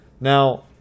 Now